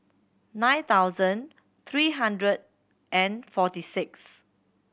nine thousand three hundred and forty six